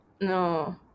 No